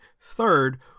third